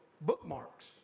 bookmarks